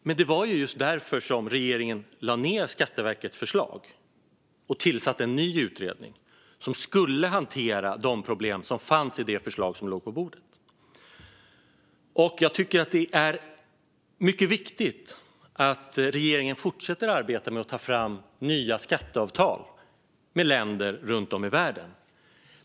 Men det var just därför som regeringen lade ned Skatteverkets förslag och tillsatte en ny utredning som skulle hantera de problem som fanns i det förslag som låg på bordet. Jag tycker att det är mycket viktigt att regeringen fortsätter att arbeta med att ta fram nya skatteavtal med länder runt om i världen.